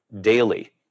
daily